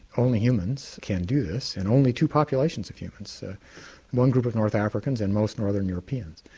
only humans can do this and only two populations of humans so one group of north africans and most northern europeans.